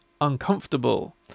uncomfortable